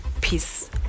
peace